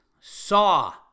Saw